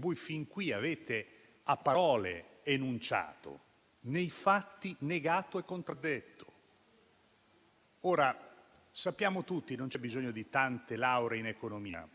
voi fin qui avete a parole enunciato, ma nei fatti negato e contraddetto. Sappiamo tutti, non c'è bisogno di tante lauree in economia,